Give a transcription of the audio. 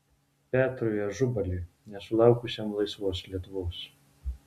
petrui ažubaliui nesulaukusiam laisvos lietuvos